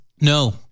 No